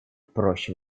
проще